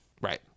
Right